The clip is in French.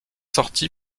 sortie